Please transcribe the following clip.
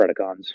Predacons